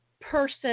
person